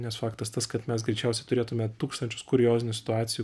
nes faktas tas kad mes greičiausiai turėtume tūkstančius kuriozinių situacijų